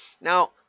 Now